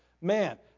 Man